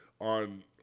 on